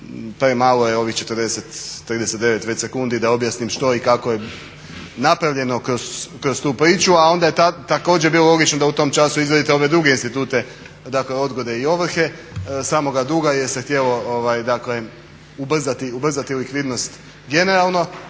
Premalo je ovih 40, 39 već sekundi da objasnim što i kako je napravljeno kroz tu priču, a onda je također bilo logično da u tom času izradite ove druge institute dakle odgode i ovrhe samoga duga jer se htjelo ubrzati likvidnost generalno.